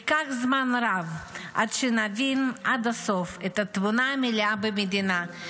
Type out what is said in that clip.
ייקח זמן רב עד שנבין עד הסוף את התמונה המלאה במדינה.